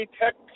tech